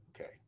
okay